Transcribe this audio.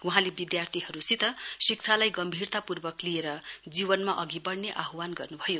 वहाँले विद्यार्थीहरूसित शिक्षालाई गम्भीरतापूर्वक लिएर जीवनमा अघि बढ्ने आह्वान गर्नुभयो